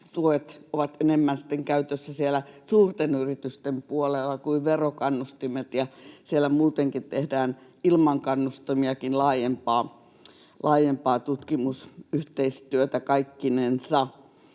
tuet ovat enemmän käytössä siellä suurten yritysten puolella kuin verokannustimet, ja siellä muutenkin tehdään ilman kannustimiakin laajempaa tutkimusyhteistyötä kaikkinensa.